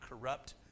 corrupt